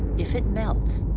if it melts,